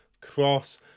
cross